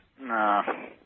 No